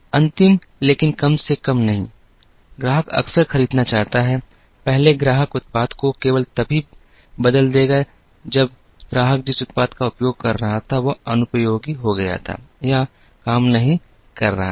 अंतिम लेकिन कम से कम नहीं ग्राहक अक्सर खरीदना चाहता है पहले ग्राहक उत्पाद को केवल तभी बदल देगा जब ग्राहक जिस उत्पाद का उपयोग कर रहा था वह अनुपयोगी हो गया था या काम नहीं कर रहा था